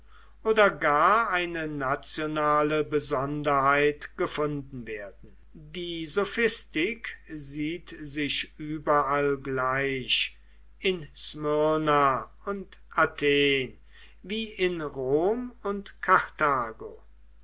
oder gar eine nationale besonderheit gefunden werden die sophistik sieht sich überall gleich in smyrna und athen wie in rom und karthago